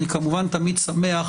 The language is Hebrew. אני כמובן תמיד שמח